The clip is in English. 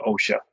OSHA